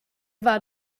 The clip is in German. war